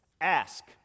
Ask